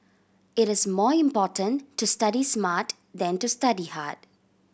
it is more important to study smart than to study hard